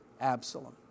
Absalom